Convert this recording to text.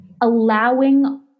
allowing